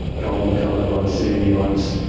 golden coloured ones, sandy ones,